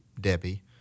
Debbie